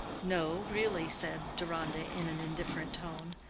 no, really, said deronda, in an indifferent tone.